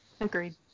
Agreed